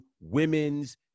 women's